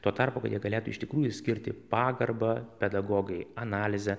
tuo tarpu kad jie galėtų iš tikrųjų skirti pagarbą pedagogai analizę